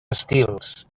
estils